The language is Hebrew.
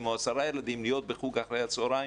או עשרה ילדים להיות בחוג אחרי הצוהריים,